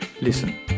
Listen